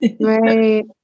Right